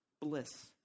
bliss